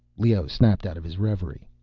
leoh snapped out of his reverie.